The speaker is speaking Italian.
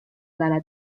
dalla